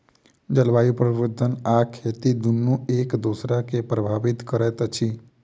जलवायु परिवर्तन आ खेती दुनू एक दोसरा के प्रभावित करैत अछि